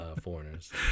foreigners